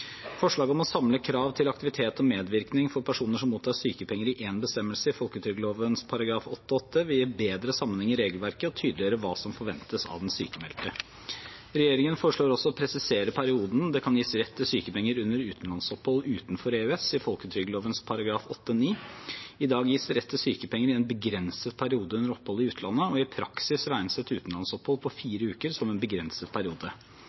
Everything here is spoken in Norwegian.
Forslaget om å samle krav til aktivitet og medvirkning for personer som mottar sykepenger, i én bestemmelse, i folketrygdloven § 8-8, vil gi bedre sammenheng i regelverket og tydeliggjøre hva som forventes av den sykmeldte. Regjeringen foreslår også å presisere perioden der det kan gis rett til sykepenger under utenlandsopphold utenfor EØS, i folketrygdloven § 8-9. I dag gis det rett til sykepenger i en «begrenset periode» under opphold i utlandet. I praksis regnes et utenlandsopphold på fire uker som en «begrenset periode».